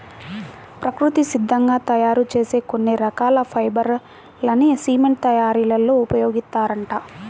ప్రకృతి సిద్ధంగా తయ్యారు చేసే కొన్ని రకాల ఫైబర్ లని సిమెంట్ తయ్యారీలో ఉపయోగిత్తారంట